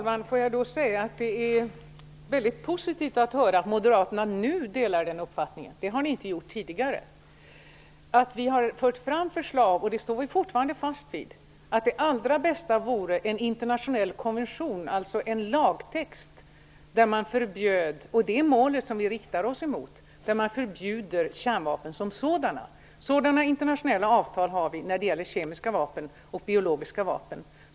Herr talman! Det är mycket positivt att höra att moderaterna nu delar den uppfattningen. Det har ni inte gjort tidigare. Vi socialdemokrater har fört fram förslag, och de står vi fortfarande fast vid. Det allra bästa vore en internationell konvention, dvs. en lagtext, där man förbjuder kärnvapen som sådana. Det är målet vi inriktar oss mot. Sådana internationella avtal finns för kemiska vapen och biologiska vapen.